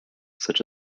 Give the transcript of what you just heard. such